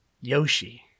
Yoshi